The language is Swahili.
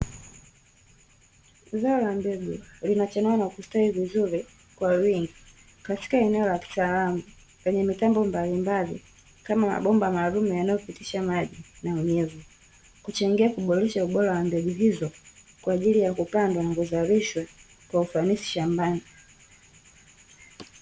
Zao la mbegu linachanua na kustawi vizuri kwa wingi katika eneo la kitaalamu lenye mitambo mbalimbali kama mabomba maalumu yanayopitisha maji na unyevu, kuchangia kuboresha ubora wa mbegu hizo kwa ajili ya kupandwa na kuzalishwa kwa ufanisi shambani.